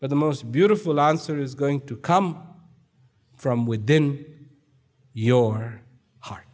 but the most beautiful answer is going to come from within your heart